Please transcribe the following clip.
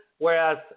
whereas